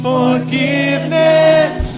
Forgiveness